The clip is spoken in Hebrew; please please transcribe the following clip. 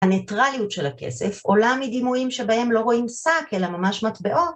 הניטרליות של הכסף עולה מדימויים שבהם לא רואים שק אלא ממש מטבעות